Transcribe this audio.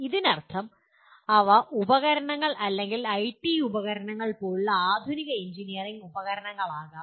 അതിനർത്ഥം അവ ഉപകരണങ്ങൾ അല്ലെങ്കിൽ ഐടി ഉപകരണങ്ങൾ പോലുള്ള ആധുനിക എഞ്ചിനീയറിംഗ് ഉപകരണങ്ങളാകാം